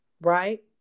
right